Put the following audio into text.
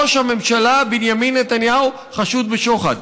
ראש הממשלה בנימין נתניהו חשוד בשוחד.